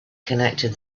connected